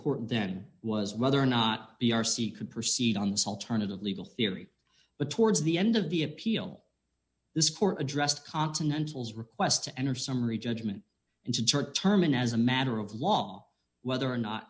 court then was whether or not b r c could proceed on this alternative legal theory but towards the end of the appeal this court addressed continentals request to enter summary judgment and to chart term in as a matter of law whether or not